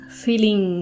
feeling